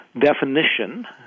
definition